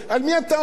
על מי אתה עובד?